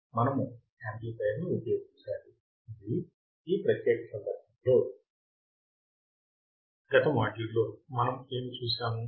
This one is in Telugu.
మనము యాంప్లిఫయర్ ని ఉపయోగించాలి మరియు ఈ ప్రత్యేక సందర్భంలో చివరి మాడ్యూల్ మనము ఏమి చూశాము